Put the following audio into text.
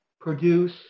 produce